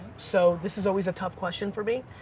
so this is always a tough question for me.